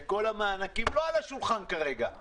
וכל המענקים לא נמצאים כרגע על השולחן.